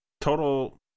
total